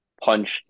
punched